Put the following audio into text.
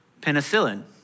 penicillin